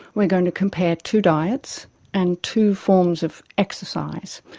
we're going to compare two diets and two forms of exercise.